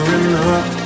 enough